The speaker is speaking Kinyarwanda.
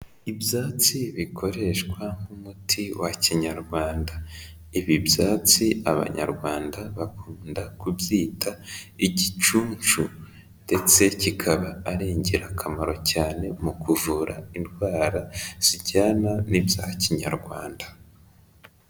Ibyatsi bikoreshwa nk'umuti wa kinyarwanda, ibi byatsi abanyarwanda bakunda kubyita igicuncu, ndetse kikaba ari ingirakamaro cyane mu kuvura indwara zijyana n'ibya kinyarwanda.